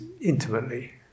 intimately